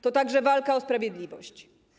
To także walka o sprawiedliwość.